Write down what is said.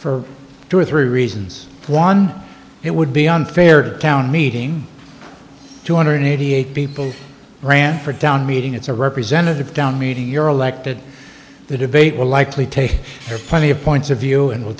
for two or three reasons one it would be unfair to the town meeting two hundred eighty eight people ran for down meeting it's a representative down meeting you're elected the debate will likely take are plenty of points of view and w